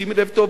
שימי לב טוב,